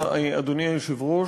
אדוני היושב-ראש,